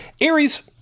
Aries